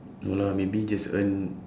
no lah maybe just earn